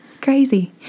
Crazy